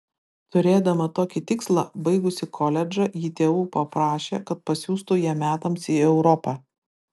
turėdama tokį tikslą baigusi koledžą ji tėvų paprašė kad pasiųstų ją metams į europą